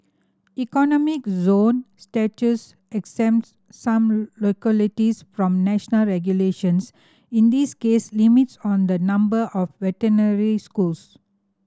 economic zone status exempts some localities from national regulations in this case limits on the number of veterinary schools